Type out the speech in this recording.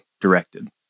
directed